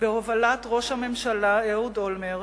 בהובלת ראש הממשלה אהוד אולמרט,